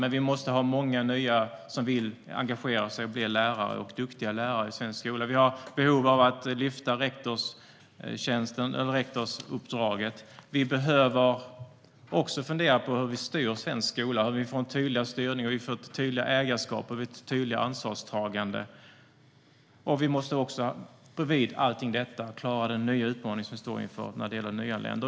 Men vi måste ha många nya som vill engagera sig och bli lärare, duktiga lärare, i svensk skola. Vi har också behov av att lyfta rektorsuppdraget. Vi behöver fundera på hur svensk skola styrs, hur vi ska få en tydligare styrning, ett tydligare ägarskap och ett tydligare ansvarstagande. Vid sidan om allt detta måste vi också klara av den nya utmaning vi står inför när det gäller nyanlända.